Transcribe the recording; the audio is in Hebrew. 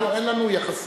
אנחנו, אין לנו יחסי,